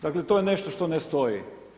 Dakle, to je nešto što ne stoji.